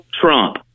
Trump